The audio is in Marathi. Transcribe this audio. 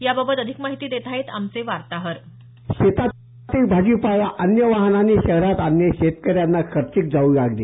याबाबत अधिक माहिती देत आहेत आमचे वार्ताहर शेतातील भाजीपाला अन्य वाहनाने शहरात आणणे शेतकऱ्यांना खर्चिक जाऊ लागले